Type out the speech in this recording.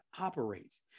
operates